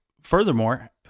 furthermore